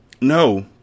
No